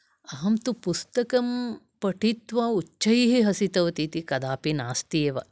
अहं तु पुस्तकं पठित्वा उच्चैः हसितवती इति कदापि नास्ति एव